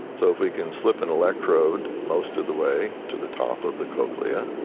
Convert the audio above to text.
so if we can slip an electrode most of the way to the top of the cochlea,